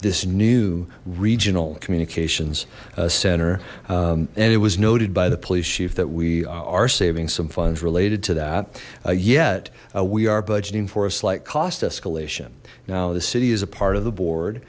this new regional communications center and it was noted by the police chief that we are saving some funds related to that yet we are budgeting for a slight cost escalation now the city is a part of the board